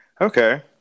Okay